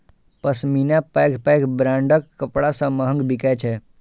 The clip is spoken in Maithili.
पश्मीना पैघ पैघ ब्रांडक कपड़ा सं महग बिकै छै